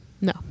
No